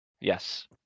Yes